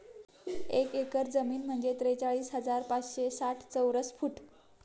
एक एकर जमीन म्हणजे त्रेचाळीस हजार पाचशे साठ चौरस फूट